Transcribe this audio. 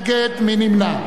מי נמנע?